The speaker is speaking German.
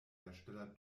hersteller